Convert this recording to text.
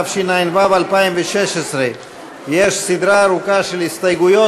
התשע"ו 2016. יש סדרה ארוכה של הסתייגויות.